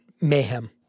mayhem